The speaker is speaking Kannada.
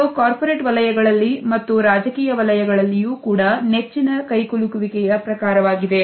ಇದು ಕಾರ್ಪೊರೇಟ್ ವಲಯಗಳಲ್ಲಿ ಮತ್ತು ರಾಜಕೀಯ ವಲಯಗಳಲ್ಲಿಯೂ ಕೂಡ ನೆಚ್ಚಿನಕೈಕುಲುಕುವಿಕೆಯಪ್ರಕಾರವಾಗಿದೆ